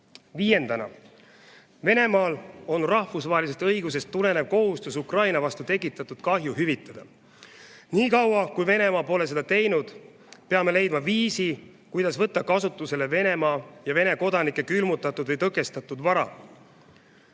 Viiendaks, Venemaal on rahvusvahelisest õigusest tulenev kohustus Ukraina vastu tekitatud kahju hüvitada. Nii kaua, kui Venemaa pole seda teinud, peame leidma viisi, kuidas võtta kasutusele Venemaa ja Vene kodanike külmutatud või tõkestatud varad,